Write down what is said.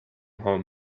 home